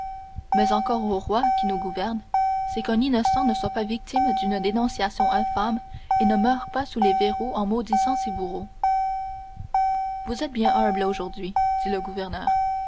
mais encore au roi qui nous gouverne c'est qu'un innocent ne soit pas victime d'une dénonciation infâme et ne meure pas sous les verrous en maudissant ses bourreaux vous êtes bien humble aujourd'hui dit le gouverneur